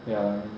ya